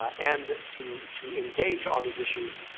and to to engage on these issues,